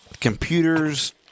computers